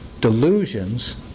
delusions